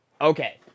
Okay